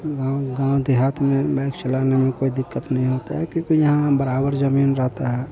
गाँव गाँव देहात में बाइक चलाने में कोई दिक्कत नहीं होता है क्योंकि यहाँ हं बराबर जमीन रहता है